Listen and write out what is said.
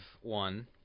one